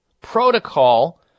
protocol